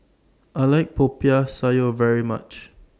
I like Popiah Sayur very much